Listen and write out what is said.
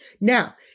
Now